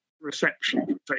reception